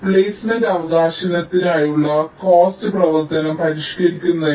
placement അവകാശത്തിനായുള്ള cost പ്രവർത്തനം പരിഷ്ക്കരിക്കുന്നതിന്